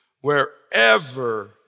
wherever